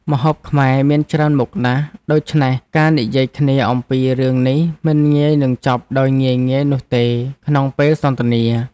ម្ហូបខ្មែរមានច្រើនមុខណាស់ ដូច្នេះការនិយាយគ្នាអំពីរឿងនេះមិនងាយនឹងចប់ដោយងាយៗនោះទេក្នុងពេលសន្ទនា។